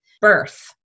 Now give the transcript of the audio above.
birth